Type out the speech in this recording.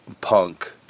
punk